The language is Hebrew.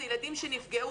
אלה ילדים שנפגעו,